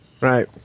Right